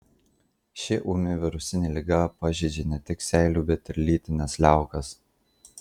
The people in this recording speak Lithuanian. ši ūmi virusinė liga pažeidžia ne tik seilių bet ir lytines liaukas